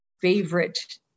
favorite